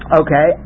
okay